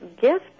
gift